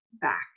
back